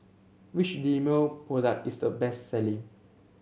which Dermale product is the best selling